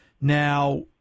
now